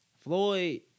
Floyd